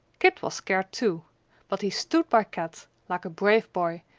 kit was scared too but he stood by kat, like a brave boy,